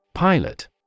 Pilot